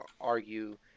argue